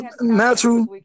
natural